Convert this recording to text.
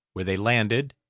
where they landed,